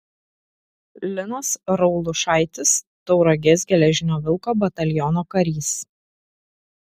linas raulušaitis tauragės geležinio vilko bataliono karys